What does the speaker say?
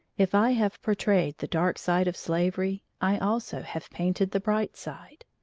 if i have portrayed the dark side of slavery, i also have painted the bright side.